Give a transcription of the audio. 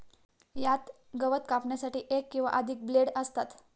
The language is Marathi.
यात गवत कापण्यासाठी एक किंवा अधिक ब्लेड असतात